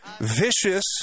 vicious